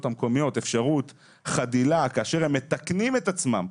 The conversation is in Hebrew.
המקומיות אפשרות חדילה כאשר הם מתקנים את עצמם.